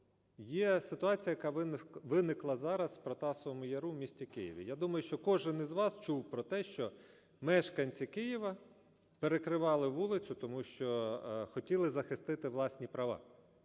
є ситуація, яка виникла зараз в Протасовому Яру міста Києва. Я думаю, що кожен із вас чув про те, що мешканці Києва перекривали вулицю, тому що хотіли захистити власні права,